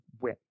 win